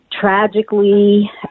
Tragically